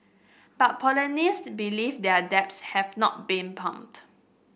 but believe their depths have not been plumbed